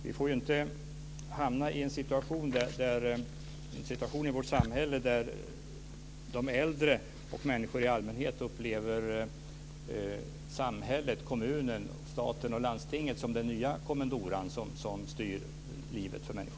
Vi får inte hamna i en situation där äldre och människor i allmänhet upplever samhället - kommunen, staten och landstinget - som en ny kommandora som styr deras liv.